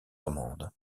romande